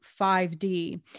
5d